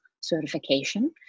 certification